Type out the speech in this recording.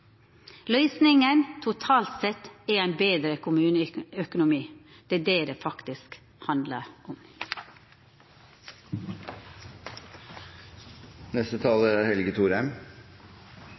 Løysinga totalt sett er ein betre kommuneøkonomi. Det er det det faktisk handlar om.